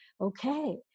Okay